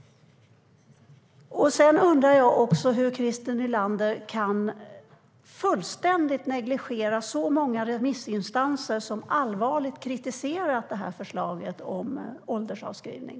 Jag undrar också hur Christer Nylander fullständigt kan negligera så många remissinstanser som allvarligt kritiserat förslaget om slopad åldersavskrivning.